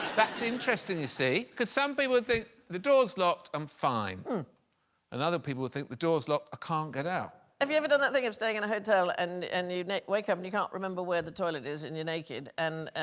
that's interesting you see because some people think the door's locked i'm fine and other people think the door's locked i ah can't get out have you ever done that thing of staying in a hotel and and you? wake up and you can't remember where the toilet is and you're naked and